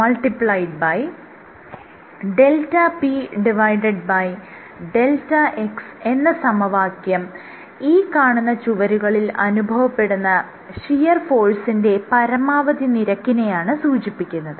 δpδx എന്ന സമവാക്യം ഈ കാണുന്ന ചുവരുകളിൽ അനുഭവപ്പെടുന്ന ഷിയർ ഫോഴ്സിന്റെ പരമാവധി നിരക്കിനെയാണ് സൂചിപ്പിക്കുന്നത്